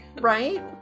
Right